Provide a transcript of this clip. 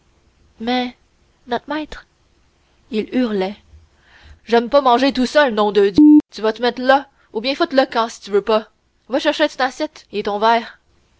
mais not'maître il hurlait j'aime pas manger tout seul nom de d tu vas te mett là ou bien foutre le camp si tu n'veux pas va chercher t'n assiette et ton verre